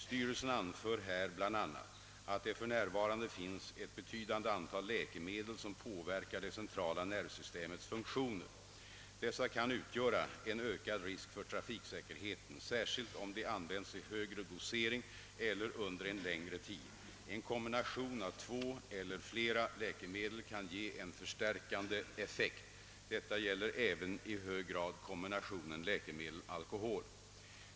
Styrelsen anför här bl.a., att det för närvarande finns ett betydande antal läkemedel som påverkar det centrala nervsystemets funktioner. Dessa kan utgöra en ökad risk för trafiksäkerheten, särskilt om de används i högre dosering eller under en längre tid. En kombination av två eller flera läkemedel kan ge en förstärkande effekt. Detta gäller även i hög grad kombinationen läkemedel—alkohol.